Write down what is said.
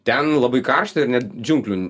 ten labai karšta ir net džiunglių